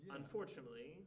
unfortunately